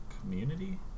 community